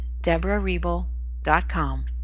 deborahrebel.com